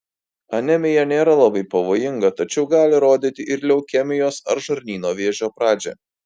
anemija nėra labai pavojinga tačiau gali rodyti ir leukemijos ar žarnyno vėžio pradžią